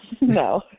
No